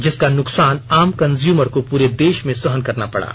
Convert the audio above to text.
जिसका नुकसान आम कंज्यूमर को पूरे देश में सहन करना पड़ा